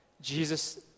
Jesus